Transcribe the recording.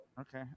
Okay